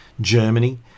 Germany